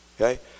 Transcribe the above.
okay